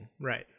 Right